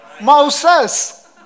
Mouses